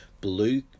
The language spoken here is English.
blue